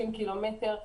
150 קילומטר.